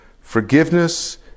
Forgiveness